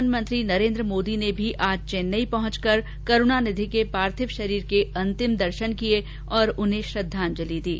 प्रधानमंत्री नरेंद्र मोदी ने भी आज चेन्नई पहुंचकर करुणानिधि के पार्थिव शरीर के अंतिम दर्शन किये और उन्हें श्रद्वाजंलि अर्पित की